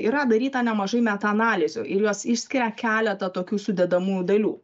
yra daryta nemažai metaanalizių ir jos išskiria keletą tokių sudedamųjų dalių